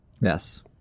Yes